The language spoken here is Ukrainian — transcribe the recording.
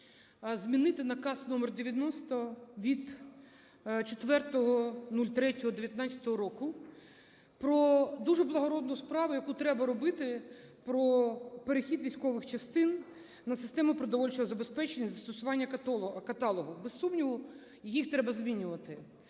змінити наказ № 90 від 04.03.19-го року про дуже благородну справу, яку треба робити про перехід військових частин на систему продовольчого забезпечення застосування каталогу. Без сумніву, їх треба змінювати.